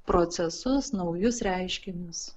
procesus naujus reiškinius